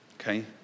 okay